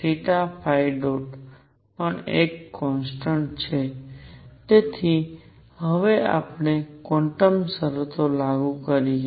તેથી હવે આપણે ક્વોન્ટમ શરતો લાગુ કરીએ